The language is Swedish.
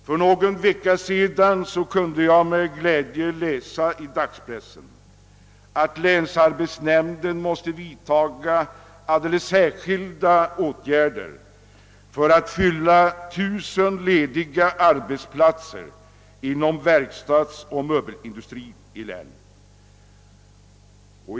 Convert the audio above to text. För någon vecka sedan kunde jag med glädje läsa i dagspressen att länsarbetsnämnden måste vidta alldeles särskilda åtgärder för att fylla 1 000 lediga arbetsplatser inom verkstadsoch möbelindustrin i länet.